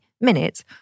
minutes